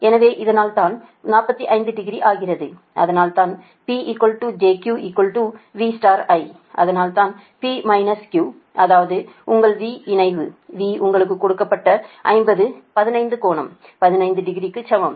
எனவே அதனால்தான் 45 டிகிரி ஆகிறது அதனால்தான் P jQ V I அதனால்தான் P jQ அதாவது உங்கள் V இணைவு V உங்களுக்கு கொடுக்கப்பட்ட 50 15 கோணம் 15 டிகிரிக்கு சமம்